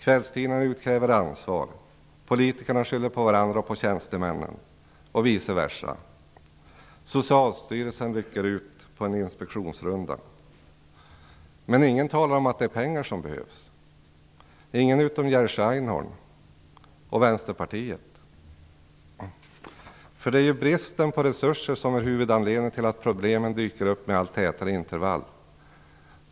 Kvällstidningarna utkräver ansvar. Politikerna skyller på varandra eller på tjänstemännen - och vice versa. Socialstyrelsen rycker ut på en inspektionsrunda. Men ingen talar om att det är pengar som behövs - ingen utom Jerzy Einhorn och Vänsterpartiet. Det är ju bristen på resurser som är huvudanledningen till att problemen dyker upp med allt tätare intervall.